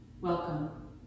Welcome